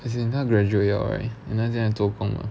as in 他 graduate liao right and then 现在做工 liao